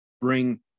bring